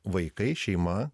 vaikai šeima